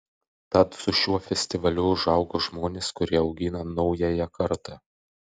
tad su šiuo festivaliu užaugo žmonės kurie augina naująją kartą